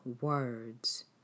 words